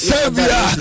Savior